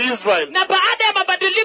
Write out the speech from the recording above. Israel